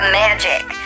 magic